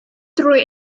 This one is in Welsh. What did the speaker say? drwy